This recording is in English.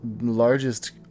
largest